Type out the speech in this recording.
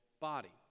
body